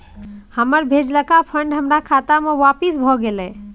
हमर भेजलका फंड हमरा खाता में आपिस भ गेलय